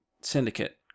Syndicate